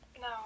No